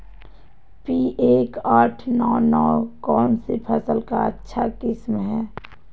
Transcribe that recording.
P एक आठ नौ नौ कौन सी फसल का अच्छा किस्म हैं?